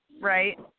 right